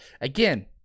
again